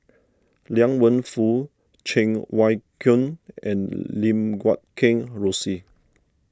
Liang Wenfu Cheng Wai Keung and Lim Guat Kheng Rosie